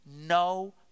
No